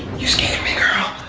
you scared me girl.